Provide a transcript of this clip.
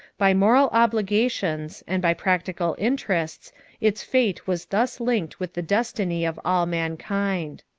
by moral obligations and by practical interests its fate was thus linked with the destiny of all mankind.